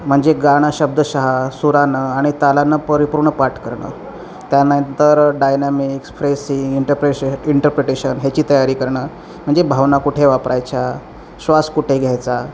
म्हणजे गाणं शब्दश सुरानं आणि तालानं परिपूर्ण पाठ करणं त्यानंतर डायनॅमिक्स फ्रेसिंग इंटरप्रेश इंटरप्रिटेशन ह्याची तयारी करणं म्हणजे भावना कुठे वापरायच्या श्वास कुठे घ्यायचा